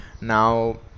now